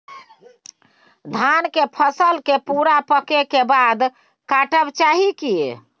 धान के फसल के पूरा पकै के बाद काटब चाही की?